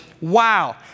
wow